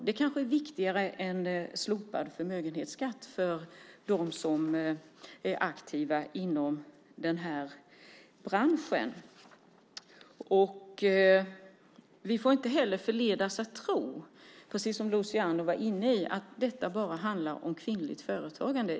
Det är kanske viktigare än slopad förmögenhetsskatt för dem som är aktiva inom den här branschen. Vi får inte heller förledas att tro, precis som Luciano var inne på, att detta bara handlar om kvinnligt företagande.